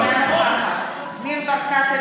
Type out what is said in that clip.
אינה נוכחת ניר ברקת,